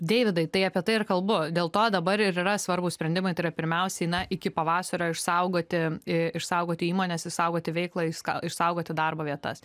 deividai tai apie tai ir kalbu dėl to dabar ir yra svarbūs sprendimai tai yra pirmiausiai na iki pavasario išsaugoti i išsaugoti įmones išsaugoti veiklą išskau išsaugoti darbo vietas